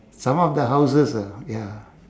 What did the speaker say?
some of the houses ah ya